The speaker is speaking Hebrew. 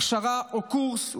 הכשרה או קורס,